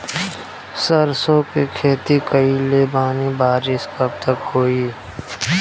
सरसों के खेती कईले बानी बारिश कब तक होई?